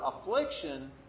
affliction